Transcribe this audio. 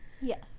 Yes